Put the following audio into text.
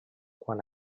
quan